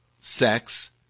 sex